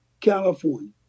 California